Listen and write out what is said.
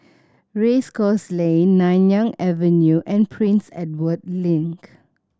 Race Course Lane Nanyang Avenue and Prince Edward Link